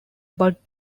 but